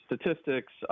statistics